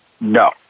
No